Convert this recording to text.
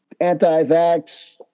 anti-vax